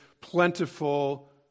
plentiful